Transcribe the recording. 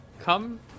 come